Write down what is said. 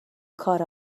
کار